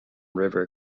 river